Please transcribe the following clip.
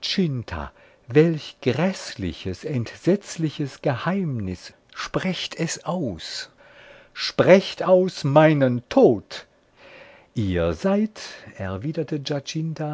welch gräßliches entsetzliches geheimnis sprecht es aus sprecht aus meinen tod ihr seid erwiderte